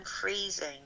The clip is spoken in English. freezing